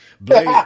Blade